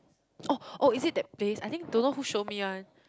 oh oh is it that place I think don't know who show me one